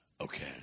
Okay